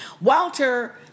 Walter